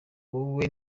wowe